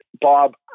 bob